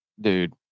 dude